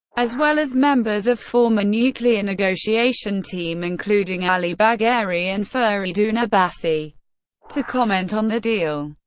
as well as members of former nuclear negotiation team including ali bagheri and fereydoon abbasi to comment on the deal.